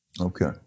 Okay